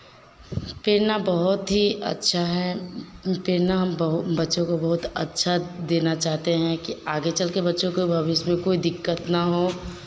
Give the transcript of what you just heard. प्रेरणा बहुत ही अच्छा है प्रेरणा हम बहुत बच्चों क को बहुत अच्छा देना चाहते हैं कि आगे चल के बच्चों के भविष्य में कोई दिक्कत ना हो